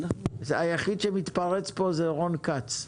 היחיד שמתפרץ פה זה רון כץ,